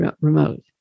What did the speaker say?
remote